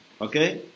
Okay